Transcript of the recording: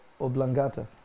oblongata